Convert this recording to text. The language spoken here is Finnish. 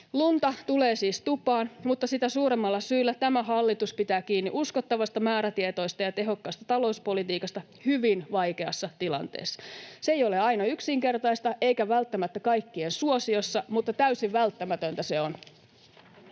Lunta tulee siis tupaan, mutta sitä suuremmalla syyllä tämä hallitus pitää kiinni uskottavasta, määrätietoisesta ja tehokkaasta talouspolitiikasta hyvin vaikeassa tilanteessa. Se ei aina ole yksinkertaista eikä välttämättä kaikkien suosiossa, mutta täysin välttämätöntä se on.